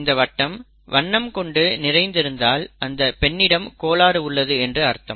இந்த வட்டம் வண்ணம் கொண்டு நிறைந்து இருந்தால் அந்த பெண்ணிடம் கோளாறு உள்ளது என்று அர்த்தம்